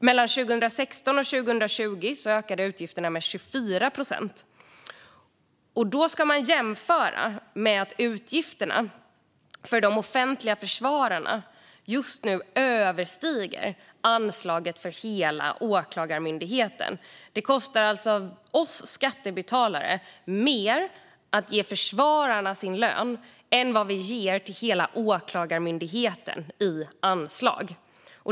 Mellan 2016 och 2020 ökade utgifterna med 24 procent. Detta kan jämföras med att utgifterna för de offentliga försvararna just nu överstiger anslaget för hela Åklagarmyndigheten. Försvararnas löner kostar alltså oss skattebetalare mer än vi ger hela Åklagarmyndigheten i anslag.